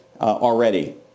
already